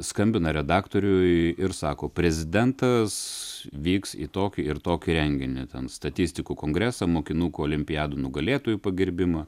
skambina redaktoriui ir sako prezidentas vyks į tokį ir tokį renginį ten statistikų kongresą mokinukų olimpiadų nugalėtojų pagerbimą